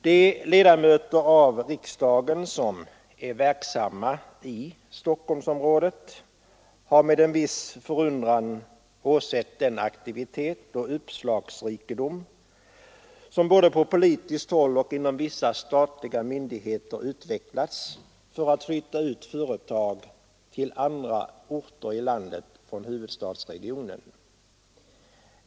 De ledamöter av riksdagen som är verksamma i Stockholm sområdet har med en viss förundran åsett den aktivitet och uppslagsrikedom som både på politiskt håll och inom vissa statliga myndigheter utvecklats för att flytta ut företag till andra orter i landet från huvudstadsregionen.